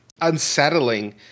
unsettling